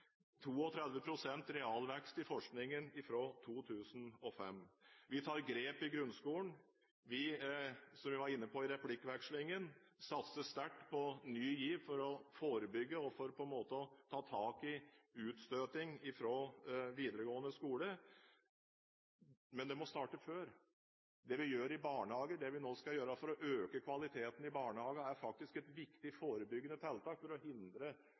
realvekst i forskningen fra 2005. Vi tar grep i grunnskolen. Vi satser – som vi var inne på i replikkvekslingen – sterkt på Ny GIV, for å forebygge og for å ta tak i utstøting fra videregående skole. Men det må starte før. Det vi gjør i barnehager, det vi nå skal gjøre for å øke kvaliteten der, er faktisk et viktig forebyggende tiltak for å hindre